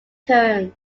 terms